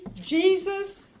Jesus